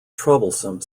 troublesome